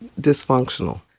dysfunctional